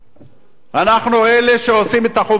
אנחנו אלה שעושים את החובות יותר טוב,